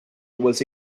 was